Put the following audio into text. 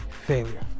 failure